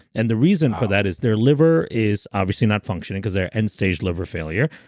and the reason for that is their liver is obviously not functioning because they're end stage liver failure.